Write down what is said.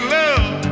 love